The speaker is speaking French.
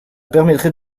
permettrait